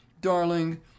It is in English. darling